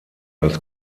als